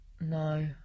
no